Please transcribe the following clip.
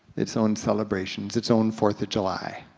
its own celebrations, its own fourth of july.